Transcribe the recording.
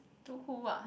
too cool ah